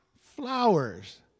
flowers